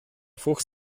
fuchs